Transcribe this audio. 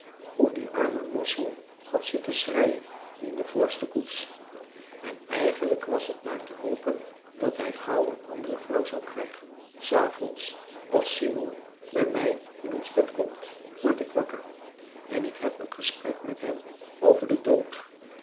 hoe die arme mossel had zitten schreien in de voorste koets en eigenlijk was het maar te hopen dat hij gauw een andere vrouw zou krijgen françois haverschmidt familie en kennissen s avonds als simon bij mij in ons bed komt word ik wakker en ik heb een gesprek met hem over den dood